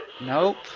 Nope